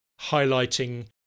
highlighting